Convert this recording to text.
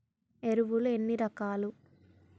ఎరువులు ఎన్ని రకాలు?